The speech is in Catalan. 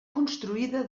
construïda